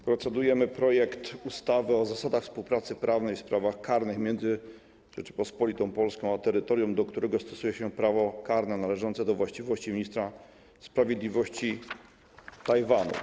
Procedujemy nad projektem ustawy o zasadach współpracy prawnej w sprawach karnych między Rzecząpospolitą Polską i terytorium, do którego stosuje się prawo karne należące do właściwości Ministra Sprawiedliwości Tajwanu.